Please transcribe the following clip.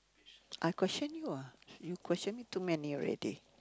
I question you ah you question me too many already